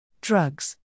Drugs